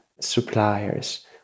suppliers